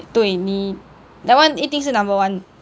对你 that one 一定是 number one